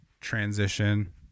transition